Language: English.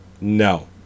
No